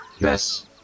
Yes